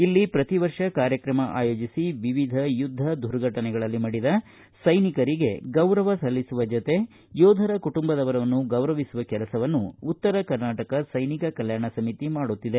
ಇಲ್ಲಿ ಪ್ರತಿ ವರ್ಷ ಕಾರ್ಯಕ್ರಮ ಆಯೋಜಿಸಿ ವಿವಿಧ ಯುದ್ಧ ದುರ್ಘಟನೆಗಳಲ್ಲಿ ಮಡಿದ ಸೈನಿಕರಿಗೆ ಗೌರವ ಸಲ್ಲಿಸುವ ಜತೆ ಯೋಧರ ಕುಟುಂಬದವರನ್ನು ಗೌರವಿಸುವ ಕೆಲಸವನ್ನು ಉತ್ತರ ಕರ್ನಾಟಕ ಸೈನಿಕ ಕಲ್ಯಾಣ ಸಮಿತಿ ಮಾಡುತ್ತಿದೆ